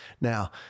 Now